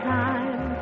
time